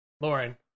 lauren